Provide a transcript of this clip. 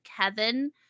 Kevin